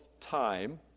time